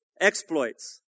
Exploits